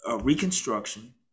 reconstruction